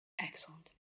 Excellent